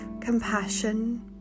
compassion